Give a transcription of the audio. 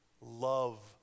love